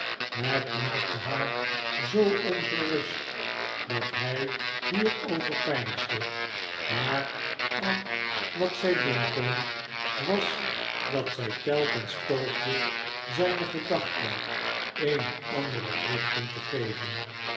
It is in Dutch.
het maakte haar zoo ongerust dat hij hierover peinsde maar al wat zij doen kon was dat zij telkens poogde zijne gedachten eene andere richting te geven